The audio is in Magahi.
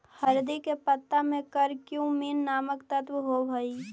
हरदी के पत्ता में करक्यूमिन नामक तत्व होब हई